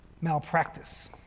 malpractice